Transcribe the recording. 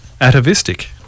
atavistic